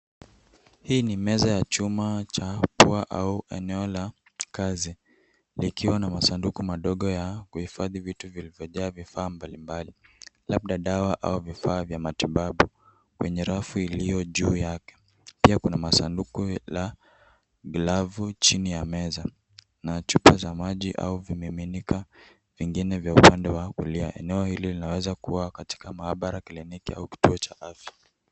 Hii ni meza ya chuma cha pua au eneo la kazi, likiwa na masanduku madogo ya kuhifadhi vitu vilivyojaa vifaa mbalimbali, labda dawa au vifaa vya matibabu kwenye rafu iliyo juu yake. Pia kuna masanduku la glavu chini ya meza na chupa za maji au vimiminika vingine vya upande wa kulia. Eneo hili linaweza kuwa katika maabara, kliniki au kituo cha afya.